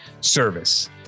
service